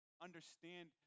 understand